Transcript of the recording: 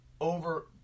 over